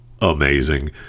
amazing